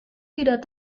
tidak